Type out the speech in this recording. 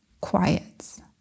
quiets